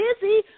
busy